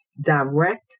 direct